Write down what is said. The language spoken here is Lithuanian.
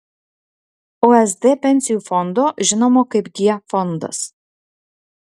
usd pensijų fondo žinomo kaip g fondas